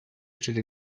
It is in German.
stelle